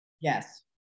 Yes